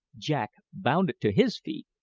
jack bounded to his feet,